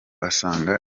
asanga